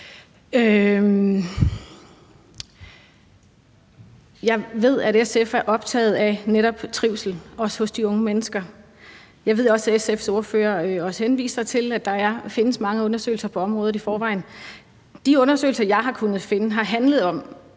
Jeg ved, at SF er optaget af netop trivsel, også hos de unge mennesker. Jeg ved også, at SF's ordfører henviser til, at der i forvejen findes mange undersøgelser på området. De undersøgelser, jeg har kunnet finde, har handlet om